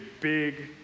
big